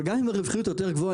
אבל גם אם הרווחיות יותר גבוהה,